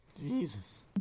Jesus